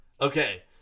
Okay